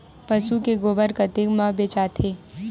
पशु के गोबर कतेक म बेचाथे?